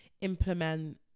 implement